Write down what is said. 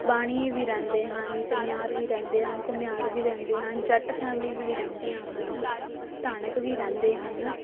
ਬਾਣੀਏ ਵੀ ਰਹਿੰਦੇ ਹਨ ਚਮਾਰ ਵੀ ਰਹਿੰਦੇ ਹਨ ਘੁੰਮਿਆਰ ਵੀ ਰਹਿੰਦੇ ਹਨ ਜੱਟ ਫੈਮਿਲੀਜ ਵੀ ਰਹਿੰਦੀਆਂ ਹਨ ਤਾਣਕ ਵੀ ਰਹਿੰਦੇ ਹਨ